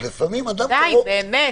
אז לפעמים --- די, באמת.